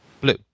blue